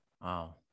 Wow